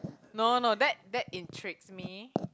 no no that that intrigues me